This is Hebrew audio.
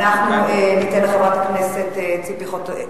אנחנו ניתן לחברת הכנסת ציפי חוטובלי.